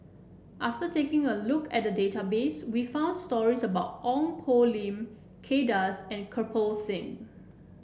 after taking a look at the database we found stories about Ong Poh Lim Kay Das and Kirpal Singh